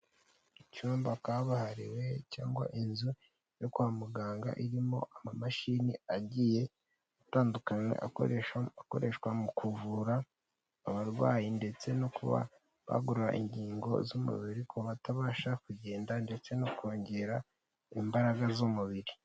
Icyumba kabahariwe cyangwa inzu yo kwa muganga irimo amamashini agiye atandukanywa a akoreshwa mu kuvura abarwayi ndetse no kuba bagura ingingo z'umubiri kuko batabasha kugenda ndetse no kongera imbaraga z'umubiri.